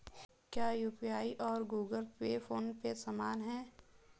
क्या यू.पी.आई और Google Pay PhonePe समान हैं?